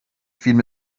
فیلم